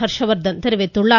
ஹர்ஷவர்த்தன் தெரிவித்துள்ளார்